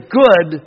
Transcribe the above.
good